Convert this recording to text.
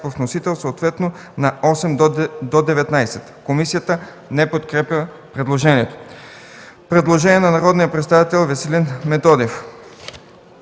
вносител - съответно на 8 до 19. Комисията не подкрепя предложението. Предложение от народния представител Веселин Методиев.